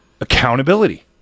accountability